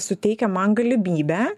suteikia man galimybę